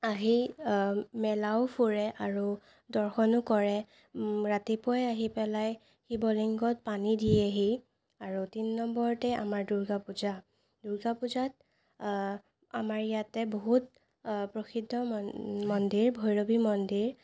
আহি মেলাও ফুৰে আৰু দৰ্শনো কৰে ৰাতিপুৱাই আহি পেলাই শিৱ লিংগত পানী দিয়েহি আৰু তিনি নম্বৰতে আমাৰ দুৰ্গা পূজা দুৰ্গা পূজাত আমাৰ ইয়াতে বহুত প্ৰসিদ্ধ মন্দিৰ ভৈৰৱী মন্দিৰ